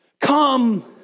Come